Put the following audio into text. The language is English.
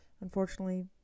unfortunately